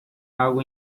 algo